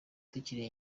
tukiri